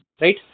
right